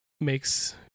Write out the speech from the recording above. makes